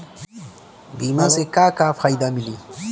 बीमा से का का फायदा मिली?